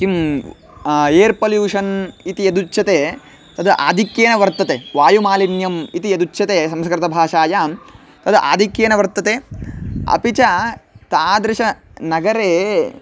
किम् air pollution इति यदुच्यते तद् आधिक्येन वर्तते वायुमालिन्यम् इति यदुच्यते संस्कृतभाषायां तद् आधिक्येन वर्तते अपि च तादृशनगरे